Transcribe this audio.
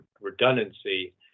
redundancy